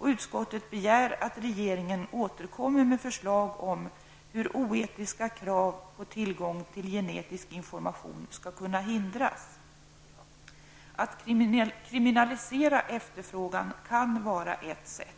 Utskottet begär att regeringen återkommer med förslag om hur oetiska krav på tillgång till genetisk information skall kunna hindras. Att kriminalisera efterfrågan kan vara ett sätt.